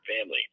family